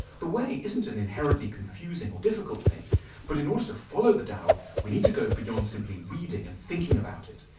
the way isn't and inherently confusing or difficult. but in order to follow the dao, we need to go beyond simply reading and thinking about it.